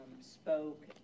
spoke